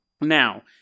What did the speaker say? Now